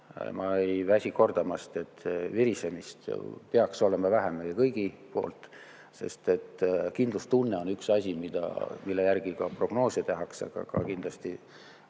Ma ei väsi kordamast, et virisemist peaks olema vähem meie kõigi poolt. Kindlustunne on üks asi, mille järgi ka prognoose tehakse, aga emotsionaalselt